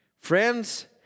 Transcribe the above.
Friends